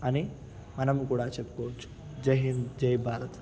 అని మనం కూడా చెప్పుకోవచ్చు జైహింద్ జై భారత్